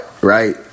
Right